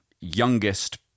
youngest